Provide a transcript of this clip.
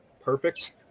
perfect